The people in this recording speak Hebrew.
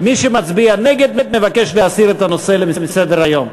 מי שמצביע נגד מבקש להסיר את הנושא מסדר-היום.